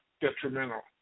detrimental